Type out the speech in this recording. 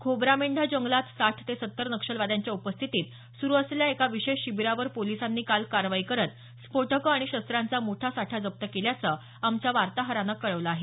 खोब्रामेंढा जंगलात साठ ते सत्तर नक्षलवाद्यांच्या उपस्थितीत सुरू असलेल्या एका विशेष शिबिरावर पोलिसांनी काल कारवाई करत स्फोटकं आणि शस्त्रांचा मोठा साठा जप्त केल्याचं आमच्या वार्ताहरानं कळवलं आहे